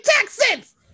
Texans